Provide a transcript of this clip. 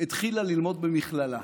התחילה ללמוד במכללה.